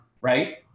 right